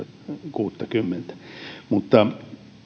kuuttakymmentä mutta